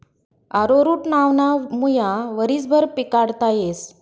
arrowroot नावना मुया वरीसभर पिकाडता येस